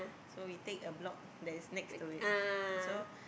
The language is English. so we take a block that is next to it so